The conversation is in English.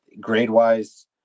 grade-wise